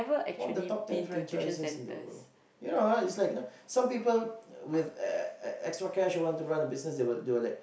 one of the top ten franchises in the world you know it's like you know some of them with extra cash who want to buy business they would like